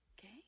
Okay